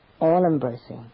all-embracing